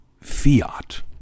fiat